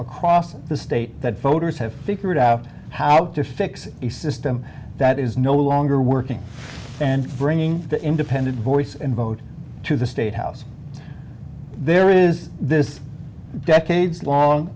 across the state that voters have figured out how to fix a system that is no longer working and bringing the independent voice and vote to the state house there is this decades long